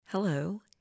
Hello